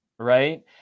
Right